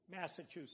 Massachusetts